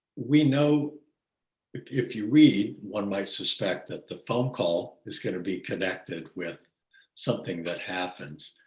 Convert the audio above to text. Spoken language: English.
we know if if you read, one might suspect that the phone call is gonna be connected with something that happens.